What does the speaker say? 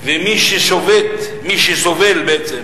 מי שסובל בעצם